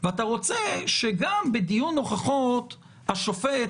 ואתה רוצה שגם בדיון הוכחות השופט,